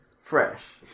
fresh